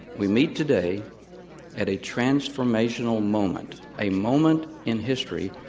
we meet today at a transformational moment, a moment in history,